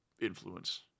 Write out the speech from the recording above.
influence